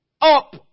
up